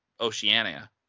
Oceania